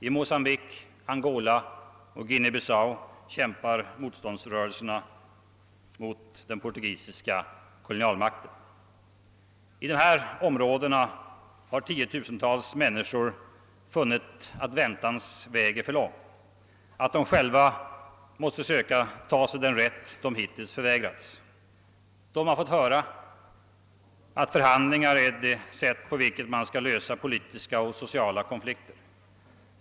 I Mocambique, Angola och Guinea Bissau kämpar motståndsrörelserna mot den portugisiska kolonialmakten. I dessa områden har tiotusentals människor funnit att väntans väg är för lång, att de själva måste söka ta sig den rätt de hittills förvägrats. De har fått höra att förhandlingar är det sätt på vilket man skall lösa politiska och sociala konflikter.